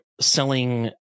selling